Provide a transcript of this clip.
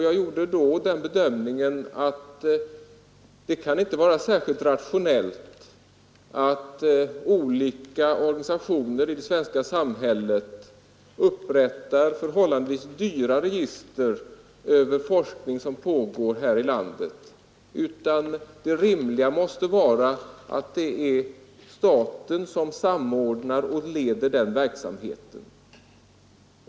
Jag gjorde då den bedömningen att det inte kan vara särskilt rationellt att olika organisationer i det svenska samhället upprättar förhållandevis dyra register över den forskning som pågår här i landet. Det rimliga måste vara att staten samordnar och leder verksamheten.